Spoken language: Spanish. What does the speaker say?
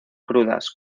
crudas